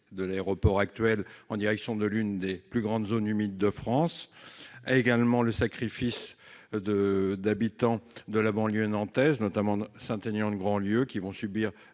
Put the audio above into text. de l'aéroport actuel en direction de l'une des plus grandes zones humides de France et le sacrifice d'habitants de la banlieue nantaise, notamment ceux de Saint-Aignan-de-Grand-Lieu, qui subiront